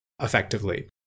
effectively